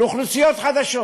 לאוכלוסיות חדשות,